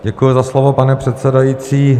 Děkuji za slovo, pane předsedající.